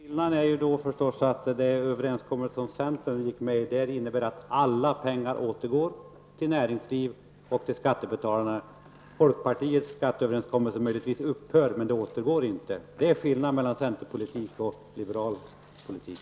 Fru talman! Skillnaden är då att den överenskommelse som centern gick med i innebär att alla pengar återgår till näringslivet och till skattebetalarna, medan folkpartiets skatteöverenskommelse möjligtvis upphör, men pengarna återgår därmed inte. Det är skillnaden mellan centerpolitik och liberal politik.